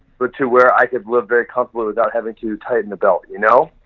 but to where i could live very comfortably without having to tighten the belt, you know?